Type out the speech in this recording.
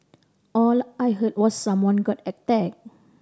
all I heard was someone got attack